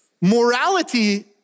morality